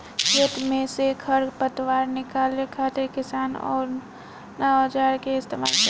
खेत में से खर पतवार निकाले खातिर किसान कउना औजार क इस्तेमाल करे न?